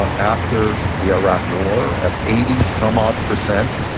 ah after the iraq war. at eighty some odd percent.